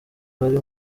bari